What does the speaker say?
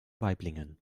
waiblingen